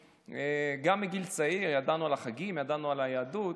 גם מגיל צעיר ידענו על החגים, ידענו על היהדות.